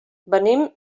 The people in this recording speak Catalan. venim